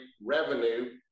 revenue